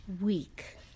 week